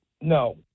No